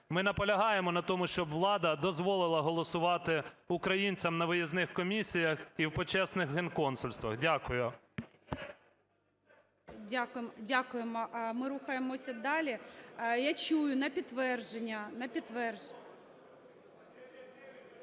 Ми наполягаємо на тому, щоб влада дозволила голосувати українцям на виїзних комісіях і в почесних генконсульствах. Дякую. ГОЛОВУЮЧИЙ. Дякуємо. Ми рухаємося далі. Я чую. На підтвердження,